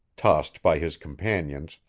tossed by his companions,